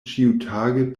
ĉiutage